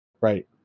right